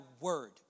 word